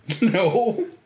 No